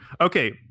Okay